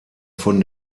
von